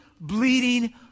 bleeding